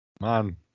Man